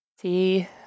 See